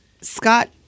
Scott